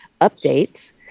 updates